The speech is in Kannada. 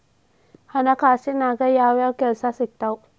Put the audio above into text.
ಹಣಕಾಸಿನ್ಯಾಗ ಯಾವ್ಯಾವ್ ಕೆಲ್ಸ ಸಿಕ್ತಾವ